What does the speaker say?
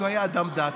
כי הוא היה אדם דעתן,